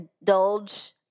indulge